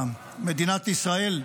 מדינת ישראל,